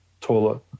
toilet